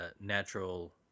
natural